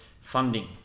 funding